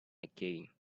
again